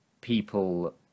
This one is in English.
people